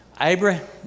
Abraham